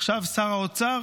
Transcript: עכשיו שר האוצר